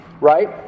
Right